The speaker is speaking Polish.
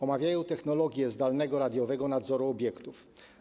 Omawia technologię zdalnego, radiowego nadzoru obiektów.